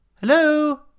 Hello